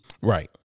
Right